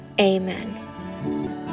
Amen